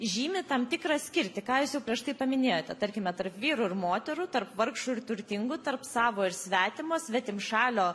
žymi tam tikrą skirtį ką jūs jau prieš tai paminėjote tarkime tarp vyrų ir moterų tarp vargšų ir turtingų tarp savo ir svetimo svetimšalio